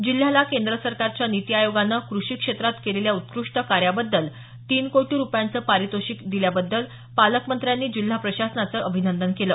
जिल्ह्याला केंद्र सरकारच्या निती आयोगानं कृषी क्षेत्रात केलेल्या उत्कृष्ट कार्याबद्दल तीन कोटी रुपयांचे पारितोषिक मिळाल्याबद्दल पालकमंत्र्यांनी जिल्हा प्रशासनाचं अभिनंदन केलं